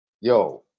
Yo